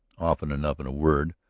often enough. in a word,